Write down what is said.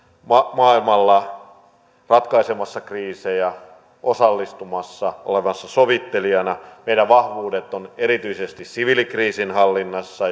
maailmalla ratkaisemassa kriisejä osallistumassa olemassa sovittelijana meidän vahvuutemme ovat erityisesti siviilikriisinhallinnassa